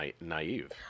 naive